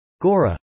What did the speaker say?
GORA